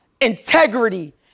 integrity